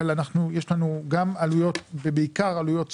אבל יש לנו בעיקר עלויות שכר.